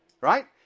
Right